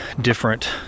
different